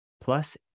plus